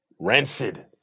Rancid